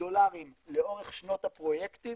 דולרים לאורך שנות הפרויקטים